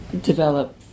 develop